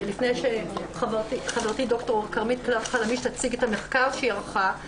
לפני שחברתי ד"ר כרמית קלר-חלמיש תציג את המחקר שהיא ערכה.